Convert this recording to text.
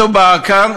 מדובר כאן,